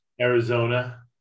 Arizona